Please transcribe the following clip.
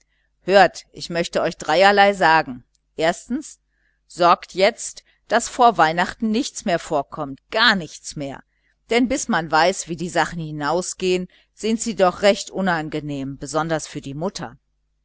hört ich möchte euch dreierlei sagen erstens sorgt jetzt daß vor weihnachten nichts mehr vorkommt gar nichts mehr denn bis man weiß wie die sachen hinausgehen sind sie doch recht unangenehm besonders für die mutter